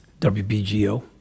WBGO